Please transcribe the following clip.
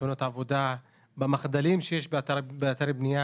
בתאונות עבודה ובמחדלים שיש באתרי בנייה.